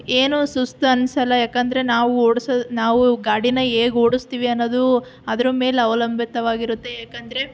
ಏನು ಸುಸ್ತು ಅನಿಸೋಲ್ಲ ಯಾಕಂದರೆ ನಾವು ಓಡಿಸೋದು ನಾವು ಗಾಡಿನ ಹೇಗೆ ಓಡಿಸ್ತೀವಿ ಅನ್ನೋದು ಅದರ ಮೇಲೆ ಅವಲಂಬಿತವಾಗಿರುತ್ತೆ ಏಕಂದರೆ